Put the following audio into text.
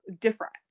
different